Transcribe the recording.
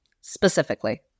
specifically